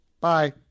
Bye